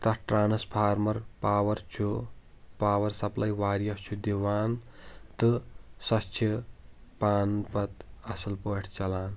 تَتھ transformer power چھُ power supply واریاہ چھُ دِوان تہٕ سۄ چھِ پان پَتہ اصٕل پٲٮ۪ٹھ چَلان